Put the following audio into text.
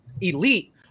elite